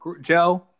Joe